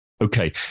Okay